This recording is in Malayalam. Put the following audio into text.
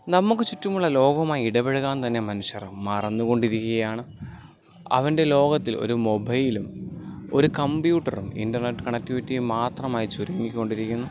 നമുക്ക് ചുറ്റുമുള്ള ലോകവുമായി ഇടപഴകാൻ തന്നെ മനുഷ്യർ മറന്നു കൊണ്ടിരിക്കുകയാണ് അവൻ്റെ ലോകത്തിൽ ഒരു മൊബൈലും ഒരു കമ്പ്യൂട്ടറും ഇൻ്റർനെറ്റ് കണക്ടിവിറ്റിയും മാത്രമായി ചുരുങ്ങിക്കൊണ്ടിരിക്കുന്നു